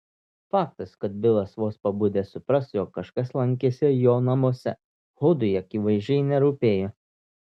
faktas kad bilas vos pabudęs supras jog kažkas lankėsi jo namuose hodui akivaizdžiai nerūpėjo